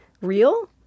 real